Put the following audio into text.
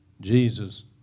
Jesus